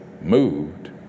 moved